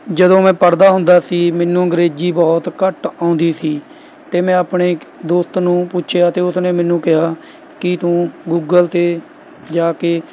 ਜਦੋਂ ਮੈਂ ਪੜ੍ਹਦਾ ਹੁੰਦਾ ਸੀ ਮੈਨੂੰ ਅੰਗਰੇਜ਼ੀ ਬਹੁਤ ਘੱਟ ਆਉਂਦੀ ਸੀ ਅਤੇ ਮੈਂ ਆਪਣੇ ਇੱਕ ਦੋਸਤ ਨੂੰ ਪੁੱਛਿਆ ਅਤੇ ਉਸਨੇ ਮੈਨੂੰ ਕਿਹਾ ਕਿ ਤੂੰ ਗੂਗਲ 'ਤੇ ਜਾ ਕੇ